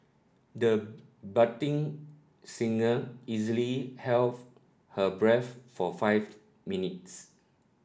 the budding singer easily held her breath for five minutes